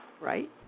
Right